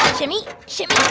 shimmy, shimmy,